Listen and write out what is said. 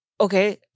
okay